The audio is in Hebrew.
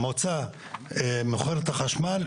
המועצה מוכרת את החשמל,